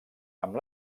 amb